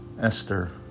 Esther